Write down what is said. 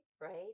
right